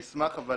תודה.